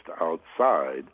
outside